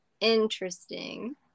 interesting